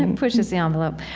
and pushes the envelope.